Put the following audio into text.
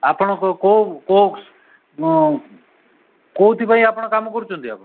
ଆପଣ କେଉଁ କେଉଁ କେଉଁଥି ପାଇଁ ଆପଣ କାମ କରୁଛନ୍ତି ଆପଣ